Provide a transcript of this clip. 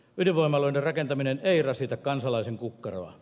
ydinvoimaloiden rakentaminen ei rasita kansalaisen kukkaroa